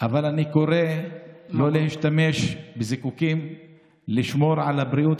אבל אני קורא שלא להשתמש בזיקוקים ולשמור על הבריאות,